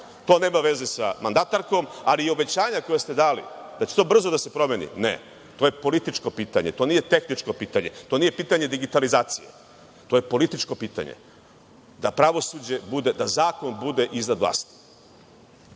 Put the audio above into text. To nema veze sa mandatarkom, ali obećanja koja ste dali da će brzo da se promeni, ne, to je političko pitanje, to nije tehničko pitanje, to nije pitanje digitalizacije, to je političko pitanje, da zakon bude iznad vlasti.